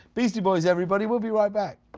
beastie boys, everybody, we'll be rights back.